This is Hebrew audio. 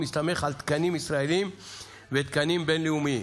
ומסתמך על תקנים ישראליים ותקנים בין-לאומיים.